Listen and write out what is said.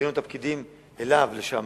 הבאנו את הפקידים אליו לשם,